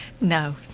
No